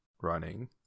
running